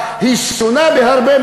היא שונה בהרבה,